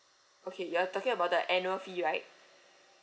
okay you are talking about the annual fee right